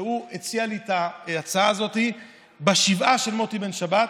שהציע לי את ההצעה הזאת בשבעה של מוטי בן שבת,